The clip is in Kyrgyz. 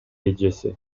эжеси